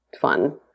fun